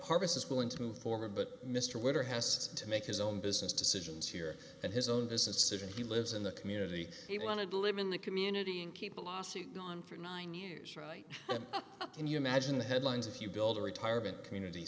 harvesters willing to move forward but mr winter has to make his own business decisions here and his own business decision he lives in the community he wanted to live in the community and keep a lawsuit on for nine years right can you imagine the headlines if you build a retirement community